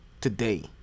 today